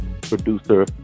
producer